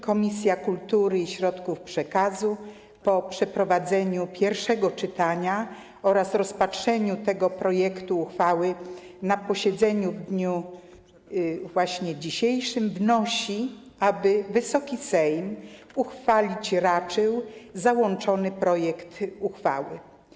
Komisja Kultury i Środków Przekazu po przeprowadzeniu pierwszego czytania oraz rozpatrzeniu tego projektu uchwały na posiedzeniu w dniu dzisiejszym wnosi, aby Wysoki Sejm uchwalić raczył załączony projekt uchwały.